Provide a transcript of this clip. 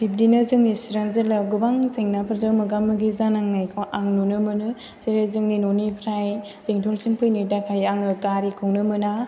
बिब्दिनो जोंनि चिरां जिल्लायाव गोबां जेंनाफोरजों मोगा मोगि जानांनायखौ आं नुनो मोनो जेरै जोंनि न'निफ्राय बेंथलसिम फैनो थाखाय आङो गारिखौनो मोना